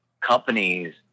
companies